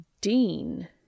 Dean